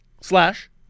slash